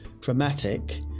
dramatic